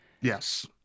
Yes